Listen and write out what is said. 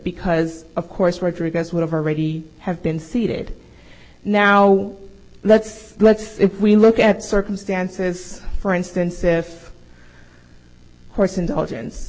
because of course retrogress would have already have been seated now let's let's see if we look at circumstances for instance if course indulgence